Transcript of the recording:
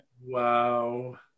Wow